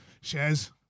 shares